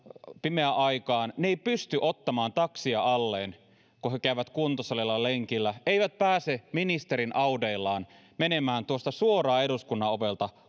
pimeän aikaan ottamaan taksia alleen kun he käyvät kuntosalilla lenkillä eivät pääse ministeri audeillaan menemään suoraan eduskunnan ovelta